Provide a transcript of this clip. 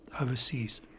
overseas